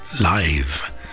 live